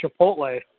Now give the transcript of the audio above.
Chipotle